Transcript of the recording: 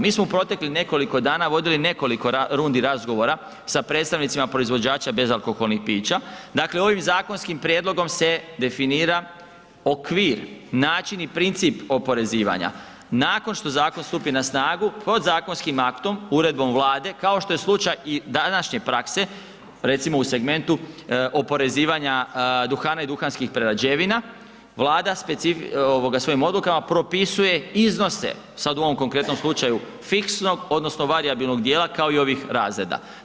Mi smo u proteklih nekoliko dana vodili nekoliko rundi razgovora sa predstavnicima proizvođača bezalkoholnih pića, dakle ovim zakonskim prijedlogom se definira okvir, način i princip oporezivanja, nakon što zakon stupi na snagu, podzakonskim aktom, uredbom Vlade, kao što je slučaj i današnje prakse, recimo u segmentu oporezivanja duhana i duhanskih prerađevina, Vlada svojim odlukama propisuje iznose, sad u ovom konkretnom slučaju, fiksnog odnosno varijabilnog dijela kao i ovih razreda.